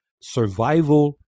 survival